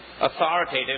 authoritative